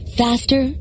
faster